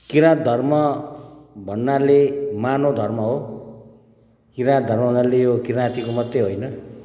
किराँत धर्म भन्नाले मानव धर्म हो किराँत धर्म भन्नाले यो किराँतीको मात्रै होइन